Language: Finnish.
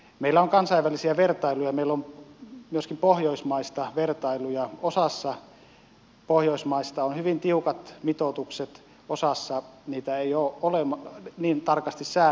meillä on kansainvälisiä vertailuja myöskin pohjoismaista vertailuja osassa pohjoismaista on hyvin tiukat mitoitukset osassa niitä ei ole niin tarkasti säädetty